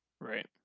Right